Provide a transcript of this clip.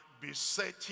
besetting